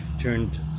turned